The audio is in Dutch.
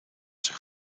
zich